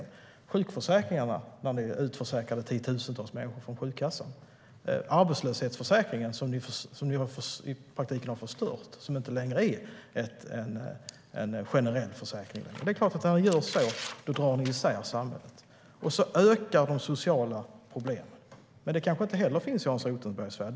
Det gällde till exempel sjukförsäkringarna, när ni utförsäkrade tiotusentals människor från sjukkassan, och arbetslöshetsförsäkringen, som ni i praktiken har förstört och som inte längre är en generell försäkring. När ni gjorde så drog ni isär samhället, och de sociala problemen ökade. Men det kanske inte heller finns i Hans Rothenbergs värld.